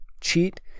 cheat